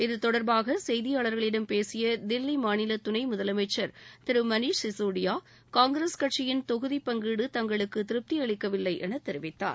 இத்தொடர்பாக செய்தியாளர்களிடம் பேசிய தில்லி மாநில துணை முதலமைச்சர் திரு மணீஷ் சிஸோடியா காங்கிரஸ் கட்சியின் தொகுதி பங்கீடு தங்களுக்கு திருப்தியளிக்கவில்லை என தெரிவித்தார்